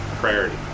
Priority